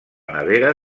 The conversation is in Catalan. nevera